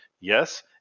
Yes